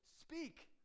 speak